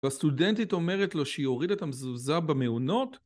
והסטודנטית אומרת לו, שהיא הורידה את המזוזה במעונות